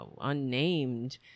unnamed